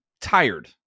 tired